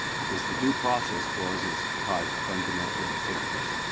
because the due process clause is tied to fundamental unfairness,